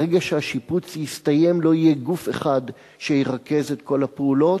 ברגע שהשיפוץ יסתיים לא יהיה גוף אחד שירכז את כל הפעולות,